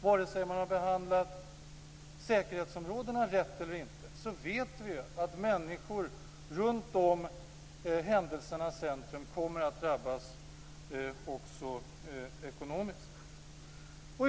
Oavsett om man har behandlat säkerhetsområdena rätt eller inte vet vi att människor runt om händelsernas centrum kommer att drabbas också ekonomiskt.